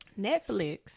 Netflix